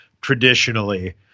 traditionally—